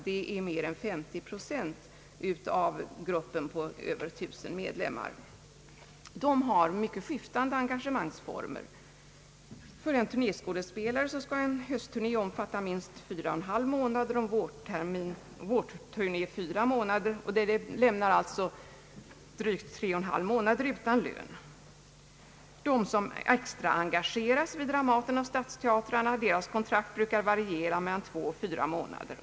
Det är mer än 50 procent av gruppen på över 1000 medlemmar. De har mycket skiftande engagemangsformer. För en turnéskådespelare skall en höstturné omfatta minst 41 2 månader utan lön. De som extraengageras vid Dramaten och stadsteatrarna brukar få kontrakt som varierar mellan 2 och 4 månader.